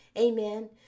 Amen